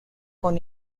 con